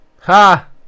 Ha